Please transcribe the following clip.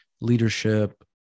leadership